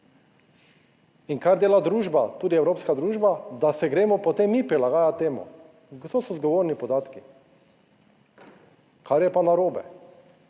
In kar dela družba, tudi evropska družba, da se gremo potem mi prilagajati temu. To so zgovorni podatki, kar je pa narobe.